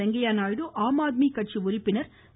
வெங்கையா நாயுடு ஆம்ஆத்மி கட்சி உறுப்பினர் திரு